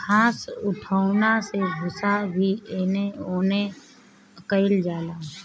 घास उठौना से भूसा भी एने ओने कइल जाला